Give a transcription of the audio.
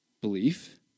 belief